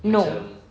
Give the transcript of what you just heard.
no